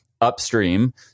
upstream